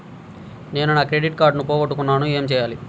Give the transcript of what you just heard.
నేను నా క్రెడిట్ కార్డును పోగొట్టుకున్నాను ఇపుడు ఏం చేయాలి?